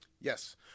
Yes